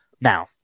Now